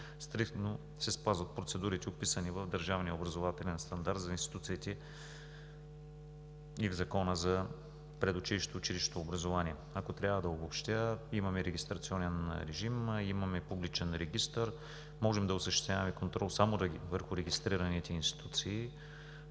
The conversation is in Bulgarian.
стриктно се спазват процедурите, описани в Държавния образователен стандарт за институциите и в Закона за предучилищното и училищното образование. Ако трябва да обобщя, имаме регистрационен режим, имаме публичен регистър и можем да осъществяваме контрол само върху регистрираните институции.